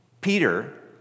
Peter